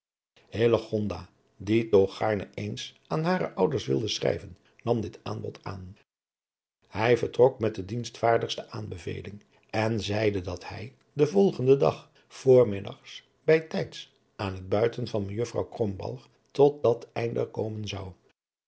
die toch gaarne eens aan hare ouders wilde schrijven nam dit aanbod aan hij vertrok met de dienstvaardigste aanbeveling en zeide dat hij den volgenden dag voormiddags bij tijds aan het buiten van mejuffrouw krombalg tot dat einde komen zou